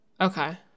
okay